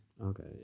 Okay